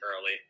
early